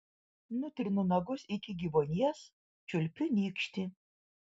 nutrinu nagus iki gyvuonies čiulpiu nykštį